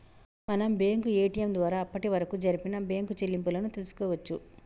మనం bank ATM ద్వారా అప్పటివరకు జరిపిన బ్యేంకు చెల్లింపులను తెల్సుకోవచ్చు